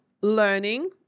learning